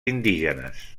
indígenes